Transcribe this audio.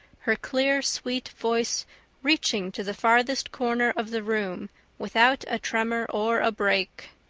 her clear, sweet voice reaching to the farthest corner of the room without a tremor or a break.